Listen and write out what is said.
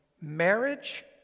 marriage